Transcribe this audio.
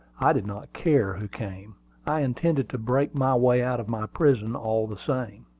i did not care who came i intended to break my way out of my prison, all the same.